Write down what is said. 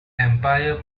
empire